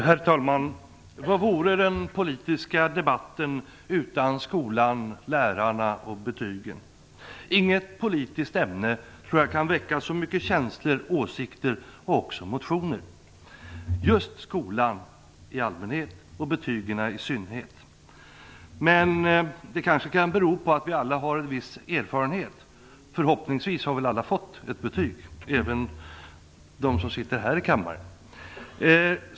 Herr talman! Vad vore den politiska debatten utan skolan, lärarna och betygen. Jag tror inte att något politiskt ämne kan väcka så många känslor, åsikter och även motioner. Det gäller skolan i allmänhet och betygen i synnerhet. Men det beror kanske på att vi alla har en viss erfarenhet. Alla har väl förhoppningsvis fått ett betyg, även de som sitter här i kammaren.